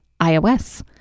iOS